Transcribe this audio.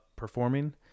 performing